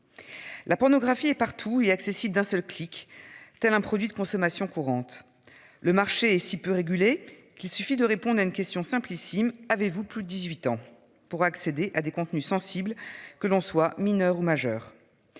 La pornographie est partout et accessible d'un seul clic-t-elle un produit de consommation courante. Le marché est si peu régulé, qu'il suffit de répondre à une question simplissime, avez-vous plus 18 ans pour accéder à des contenus sensibles que l'on soit mineur ou majeur.